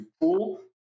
pull